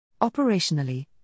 Operationally